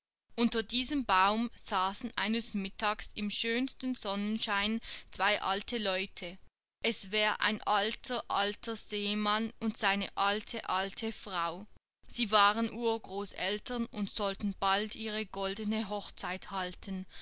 unter diesem baum saßen eines mittags im schönsten sonnenschein zwei alte leute es wär ein alter alter seemann und seine alte alte frau sie waren urgroßeltern und sollten bald ihre goldene hochzeit halten